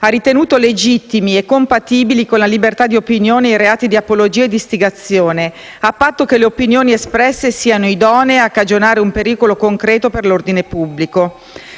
ha ritenuto legittimi e compatibili con la libertà di opinione i reati di apologia e d'istigazione, a patto che le opinioni espresse non siano idonee a cagionare un pericolo concreto per l'ordine pubblico.